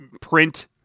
print